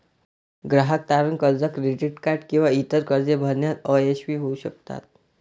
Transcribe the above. ग्राहक तारण कर्ज, क्रेडिट कार्ड किंवा इतर कर्जे भरण्यात अयशस्वी होऊ शकतात